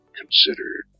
considered